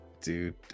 Dude